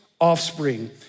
offspring